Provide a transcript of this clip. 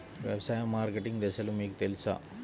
వ్యవసాయ మార్కెటింగ్ దశలు మీకు తెలుసా?